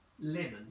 lemon